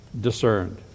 discerned